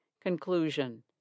Conclusion